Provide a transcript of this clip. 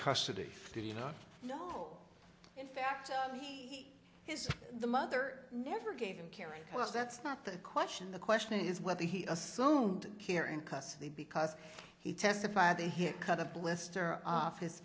custody did you know in fact his the mother never gave him caring cause that's not the question the question is whether he assumed here in custody because he testified he hit cut a blister office